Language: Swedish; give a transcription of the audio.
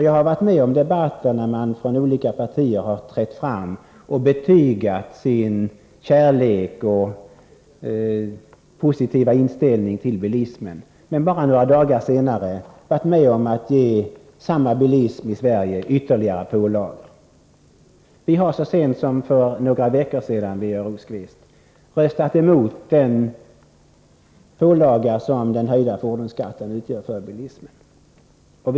Jag har varit med om debatter där man från olika partier har trätt fram och betygat sin kärlek och positiva inställning till bilismen men bara några dagar senare varit med om att ge samma bilism i Sverige ytterligare pålagor. Vi har så sent som för några veckor sedan röstat emot den pålaga som den höjda fordonsskatten utgör för bilismen.